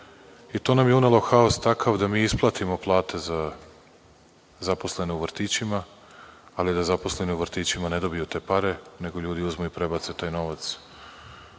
To nam je unelo haos takav da mi isplatimo plate za zaposlene u vrtićima, ali da zaposleni u vrtićima ne dobiju te pare, nego ljudi uzmu i prebace taj novac